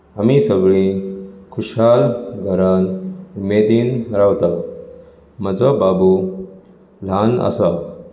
आमी सगळीं खुशाल घरांत उमेदीन रावतात म्हजो बाबू ल्हान आसा